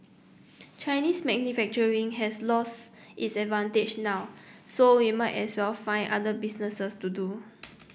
Chinese manufacturing has lost its advantage now so we might as well find other business to do